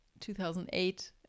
2008